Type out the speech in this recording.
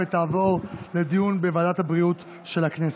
ותעבור לדיון בוועדת הבריאות של הכנסת.